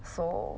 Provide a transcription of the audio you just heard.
so